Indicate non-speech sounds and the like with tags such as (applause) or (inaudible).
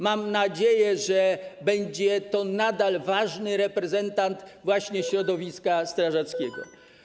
Mam nadzieję, że będzie to nadal ważny reprezentant (noise) środowiska strażackiego.